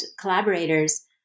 collaborators